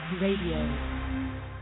Radio